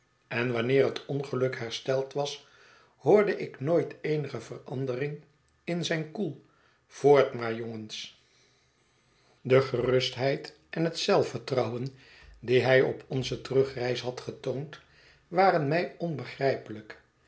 en wanneer het ongeluk hersteld was hoorde ik nooit eenige verandering in zijn koel voort maar jongens de gerustheid en het zelfvertrouwen die hij op onze terugreis had getoond waren mij onbegrijpelijk